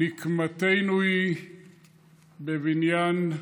נקמתנו היא בבניין,